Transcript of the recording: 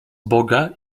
boga